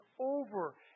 over